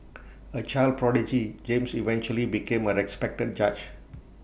A child prodigy James eventually became A respected judge